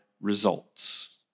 results